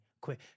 quick